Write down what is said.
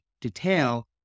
detail